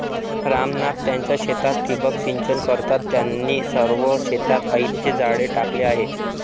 राम नाथ त्यांच्या शेतात ठिबक सिंचन करतात, त्यांनी सर्व शेतात पाईपचे जाळे टाकले आहे